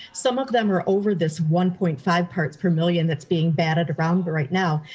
some of them are over this one point five parts per million that's being batted around but right now.